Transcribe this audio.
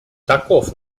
таков